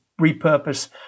repurpose